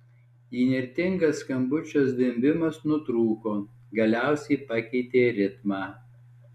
įnirtingas skambučio zvimbimas nutrūko galiausiai pakeitė ritmą